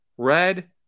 Red